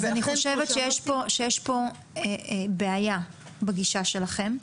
אז אני חושבת שיש פה בעיה בגישה שלכם.